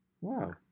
Wow